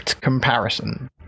comparison